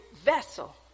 vessel